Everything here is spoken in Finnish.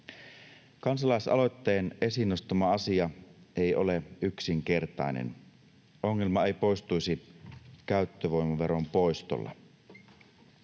Kansalaisaloitteen esiin nostama asia ei ole yksinkertainen. Ongelma ei poistuisi käyttövoimaveron poistolla.